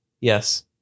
Yes